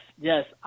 yes